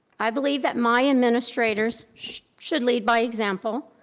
i believe that my administrators should lead by example.